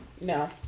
No